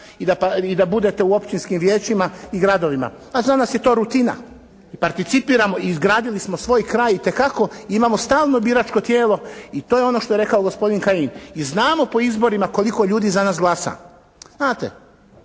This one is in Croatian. i da budete u općinskim vijećima i gradovima. A za nas je to rutina. Participiramo, izgradili smo svoj kraj itekako. Imamo stalno biračko tijelo i to je ono što je rekao gospodin Kajin i znamo po izborima koliko ljudi za nas glasa. Znate.